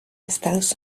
estados